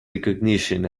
recognition